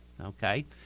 okay